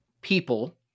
people